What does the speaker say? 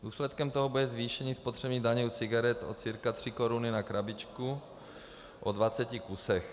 Důsledkem toho bude zvýšení spotřební daně u cigaret o cca tři koruny na krabičku po dvaceti kusech.